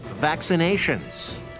vaccinations